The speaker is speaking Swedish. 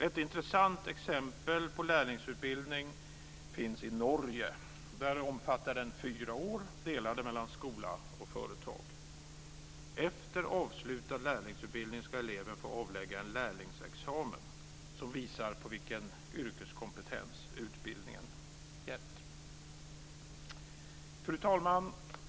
Ett intressant exempel på lärlingsutbildning finns i Norge. Där omfattar den fyra år som är delade mellan skola och företag. Efter avslutad lärlingsutbildning ska eleven få avlägga en lärlingsexamen som visar vilken yrkeskompetens utbildningen gett. Fru talman!